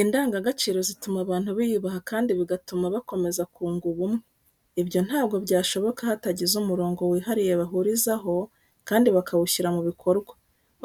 Indangaciro zituma abantu biyubaha kandi bigatuma bakomeza kunga ubumwe. Ibyo ntabwo byashoboka hatagize umurongo wihariye bahurizaho kandi bakawushyira mu bikorwa.